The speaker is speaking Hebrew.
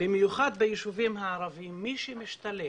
במיוחד ביישובים הערביים, מי שמשתלט